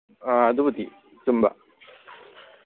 ꯑꯥ ꯑꯗꯨꯕꯨꯗꯤ ꯆꯨꯝꯕ